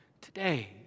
today